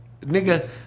Nigga